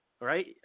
Right